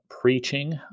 preaching